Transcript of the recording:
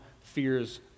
fears